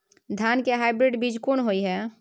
धान के हाइब्रिड बीज कोन होय है?